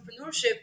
entrepreneurship